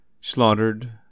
slaughtered